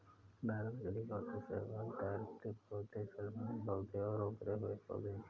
भारत में जलीय पौधे शैवाल, तैरते पौधे, जलमग्न पौधे और उभरे हुए पौधे हैं